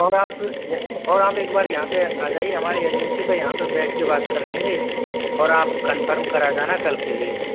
और आप और आप एक बार यहाँ पर आ जाइए हमारे एजेंसी पर यहाँ पर बैठ कर बात कर लेंगे और आपको कंफर्म करा जाना कल के लिए